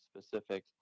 specific